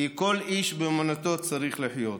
כי כל איש באמונתו צריך לחיות.